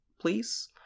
please